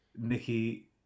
Nikki